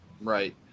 Right